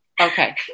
Okay